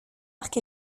arc